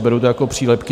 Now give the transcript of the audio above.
Beru to jako přílepky.